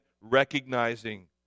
recognizing